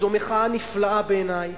זו מחאה נפלאה בעיני,